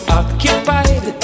occupied